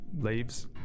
leaves